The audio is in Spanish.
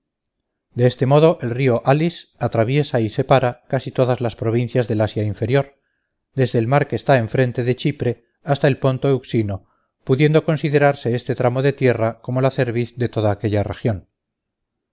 de este modo el río halis atraviesa y separa casi todas las provincias del asia inferior desde el mar que está enfrente de chipre hasta el ponto euxino pudiendo considerarse este tramo de tierra como la cerviz de toda aquella región